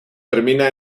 termina